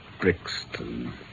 Brixton